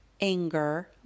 anger